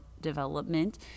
development